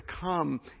come